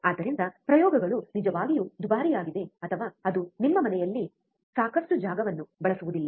ಆದ್ದರಿಂದ ಪ್ರಯೋಗಗಳು ನಿಜವಾಗಿಯೂ ದುಬಾರಿಯಾಗಿದೆ ಅಥವಾ ಅದು ನಿಮ್ಮ ಮನೆಯಲ್ಲಿ ಸಾಕಷ್ಟು ಜಾಗವನ್ನು ಬಳಸುವುದಿಲ್ಲ